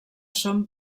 són